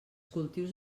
cultius